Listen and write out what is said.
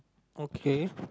okay